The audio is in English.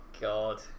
god